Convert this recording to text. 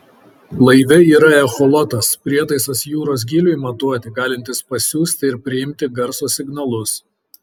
laive yra echolotas prietaisas jūros gyliui matuoti galintis pasiųsti ir priimti garso signalus